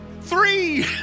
Three